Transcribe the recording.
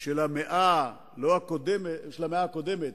של המאה הקודמת,